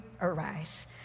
arise